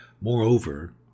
Moreover